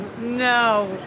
No